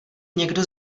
někdo